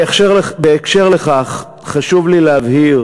בהקשר לכך, חשוב לי להבהיר